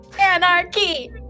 Anarchy